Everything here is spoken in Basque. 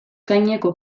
gaineko